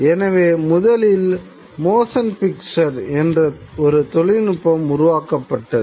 எனவே முதலில் motion picture என்ற ஒரு தொழில்நுட்பம் உருவாக்கப்பட்டது